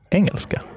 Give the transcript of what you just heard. engelska